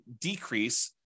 decrease